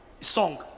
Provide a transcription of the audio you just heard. song